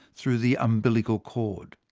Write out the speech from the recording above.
through the umbilical cord.